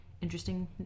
interesting